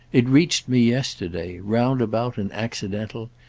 it reached me yesterday roundabout and accidental,